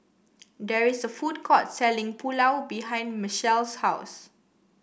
there is a food court selling Pulao behind Machelle's house